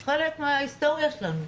זה חלק מן ההיסטוריה שלנו.